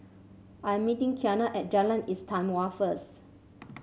I'm meeting Kianna at Jalan Istimewa first